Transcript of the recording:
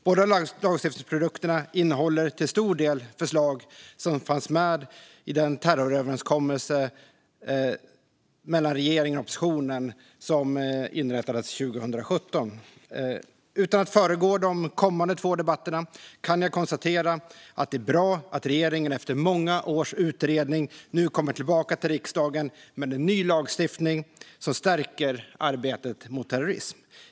Båda lagstiftningsprodukterna innehåller till stor del förslag som fanns med i den terroröverenskommelse mellan regeringen och oppositionen som kom till stånd 2017. Utan att föregripa de kommande två debatterna kan jag konstatera att det är bra att regeringen efter många års utredning nu kommer tillbaka till riksdagen med en ny lagstiftning, som stärker arbetet mot terrorism.